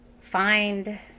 find